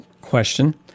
question